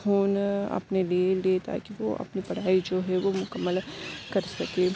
phone اپنے لیے لے پائے کیونکہ وہ اپنی پڑھائی جو ہے وہ مکمل کر سکے